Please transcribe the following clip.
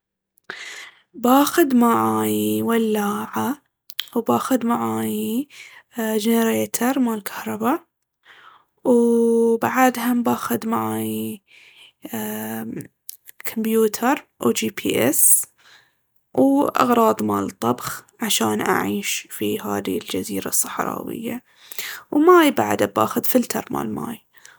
باخذ معايي ولاعة وباخذ معايي ا جنريتر مال كهربة، وهم باخذ معايي كمبيوتر و"جي بي اس" وأغراض مال طبخ عشان أعيش في هاذي الجزيرة الصحراوية. وماي بعد أبا آخذ "فلتر" مال ماي.